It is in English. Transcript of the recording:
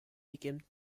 became